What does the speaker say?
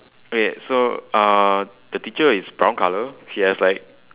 okay so uh the teacher is brown colour she has like